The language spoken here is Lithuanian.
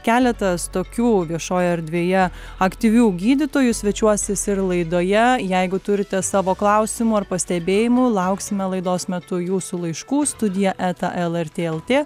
keletas tokių viešojoje erdvėje aktyvių gydytojų svečiuosis ir laidoje jeigu turite savo klausimų ar pastebėjimų lauksime laidos metu jūsų laiškų studija eta lrt lt